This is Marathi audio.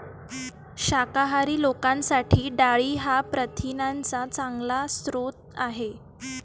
शाकाहारी लोकांसाठी डाळी हा प्रथिनांचा चांगला स्रोत आहे